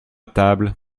table